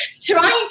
trying